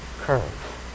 curve